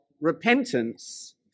repentance